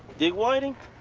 dick whiting?